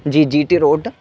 G G T route